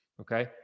okay